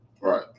Right